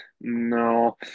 no